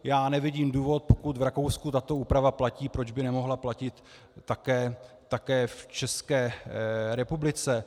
Já nevidím důvod, pokud v Rakousku tato úprava platí, proč by nemohla platit také v České republice.